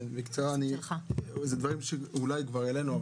בקצרה, אלה דברים שאולי כבר העלינו.